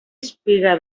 espiga